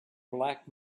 black